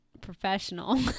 professional